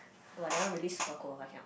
!wah! that one really super cold I cannot